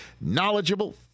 knowledgeable